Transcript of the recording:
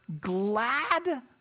glad